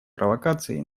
провокаций